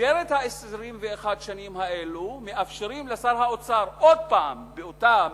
במסגרת 21 השנים האלה מאפשרים לשר האוצר עוד פעם באותה מסגרת,